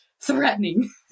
threatening